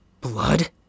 blood